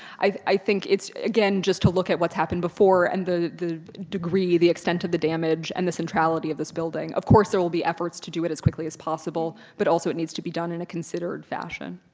i think it's again just to look at what's happened before and the the degree, the extent of the damage, and the centrality of this building, of course, there will be efforts to do it as quickly as possible, but also it needs to be done in a considered fashion.